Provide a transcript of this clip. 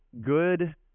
good